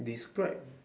describe